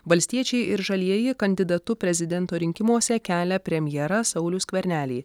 valstiečiai ir žalieji kandidatu prezidento rinkimuose kelia premjerą saulių skvernelį